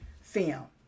film